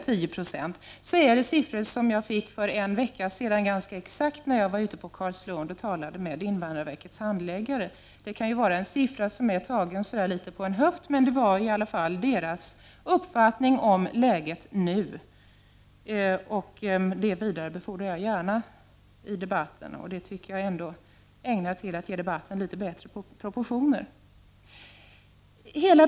Denna siffra fick jag i förra veckan när jag var i Carlslund och talade med invandrarverkets handläggare. Det kan vara en siffra som är tagen så där på en höft, men det var i alla fall invandrarverkets uppfattning om läget nu. Det vidarebefordrar jag gärna i debatten, för jag tycker ändå att det är ägnat att ge debatten litet bättre proportioner.